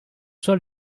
sol